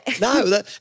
No